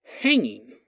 hanging